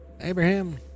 Abraham